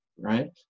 right